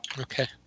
Okay